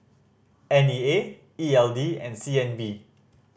N E A E L D and C N B